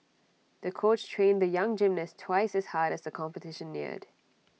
the coach trained the young gymnast twice as hard as the competition neared